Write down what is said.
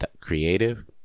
creative